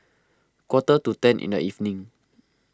quarter to ten in the evening